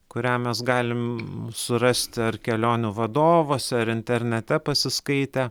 kurią mes galim surasti ar kelionių vadovuose ar internete pasiskaitę